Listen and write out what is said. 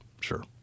Sure